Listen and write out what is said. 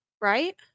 right